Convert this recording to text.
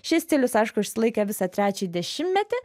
šis stilius aišku išsilaikė visą trečiąjį dešimtmetį